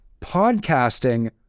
Podcasting